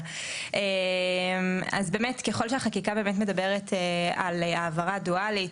ככל שהחקיקה מדברת על העברה דואלית,